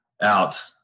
out